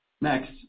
Next